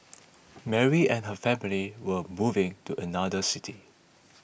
Mary and her family were moving to another city